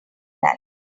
that